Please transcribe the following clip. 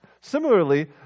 Similarly